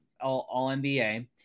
All-NBA